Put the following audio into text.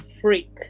freak